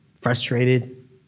frustrated